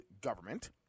government